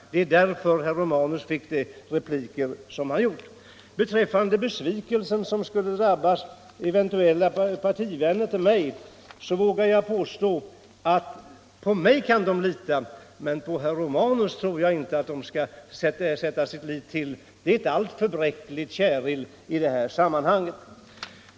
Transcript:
Det är därför som jag tagit till orda för att replikera herr Romanus. Beträffande den besvikelse som skulle drabba eventuella partivänner till mig vågar jag påstå att de kan lita på mig. Men herr Romanus tror jag inte att de skall sätta sin lit till. Han är ett alltför bräckligt käril i detta sammanhang.